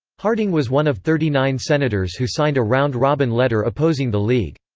harding was one of thirty nine senators who signed a round-robin letter opposing the league.